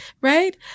right